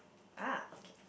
ah okay